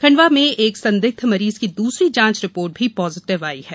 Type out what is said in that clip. खंडवा में एक संदिग्ध मरीज की दूसरी जांच रिपोर्ट भी पॉजीटिव आई है